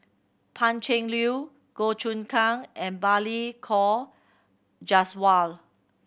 Pan Cheng Lui Goh Choon Kang and Balli Kaur Jaswal